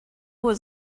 was